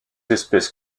espèces